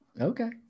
okay